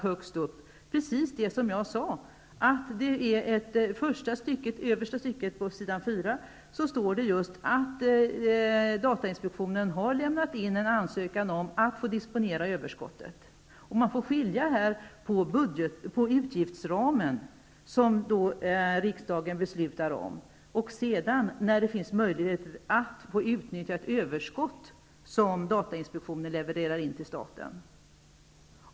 Högst upp på s. 4 i betänkandet står precis det som jag sade, att datainspektionen har lämnat in en ansökan om att få disponera överskottet. Man får skilja mellan utgiftsramen, som riksdagen beslutar om, och möjligheten att utnyttja ett överskott som datainspektionen levererar in till staten.